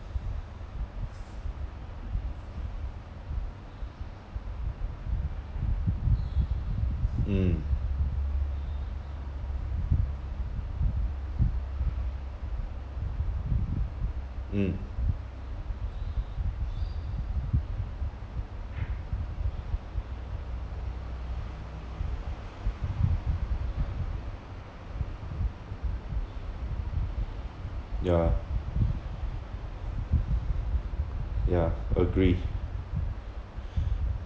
mm mm ya ya agree